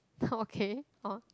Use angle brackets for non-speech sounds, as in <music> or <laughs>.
<laughs> okay orh